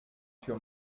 für